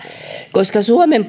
koska suomen